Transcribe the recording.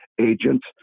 agents